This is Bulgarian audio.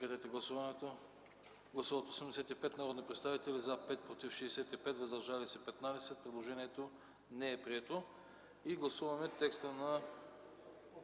Предложението не е прието.